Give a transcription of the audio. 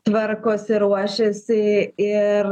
tvarkosi ruošiasi ir